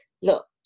look